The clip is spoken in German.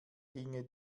ginge